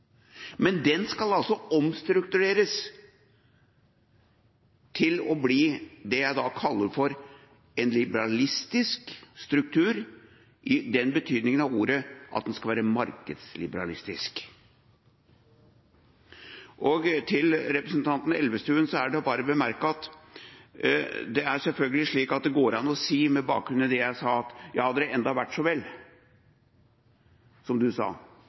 Men det skal altså omstruktureres til å bli det jeg kaller en liberalistisk struktur, i den betydningen av ordet at det skal være markedsliberalistisk. Til representanten Elvestuen er det bare å bemerke at det selvfølgelig går an å si, med bakgrunn i det jeg sa, at hadde det enda vært så vel, som representanten sa.